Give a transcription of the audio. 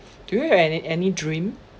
do you have any any dream